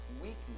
weakness